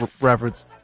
reference